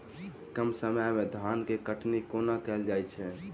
कम समय मे धान केँ कटनी कोना कैल जाय छै?